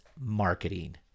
marketing